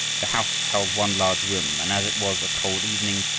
the house held one large room, and, as it was a cold evening,